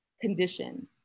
condition